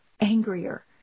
angrier